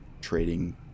trading